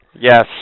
Yes